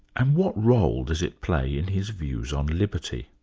and what role does it play in his views on liberty?